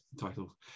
title